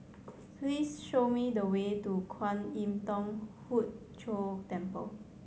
please show me the way to Kwan Im Thong Hood Cho Temple